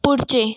पुढचे